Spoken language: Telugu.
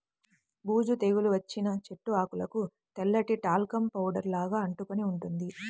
బూజు తెగులు వచ్చిన చెట్టు ఆకులకు తెల్లటి టాల్కమ్ పౌడర్ లాగా అంటుకొని ఉంటుంది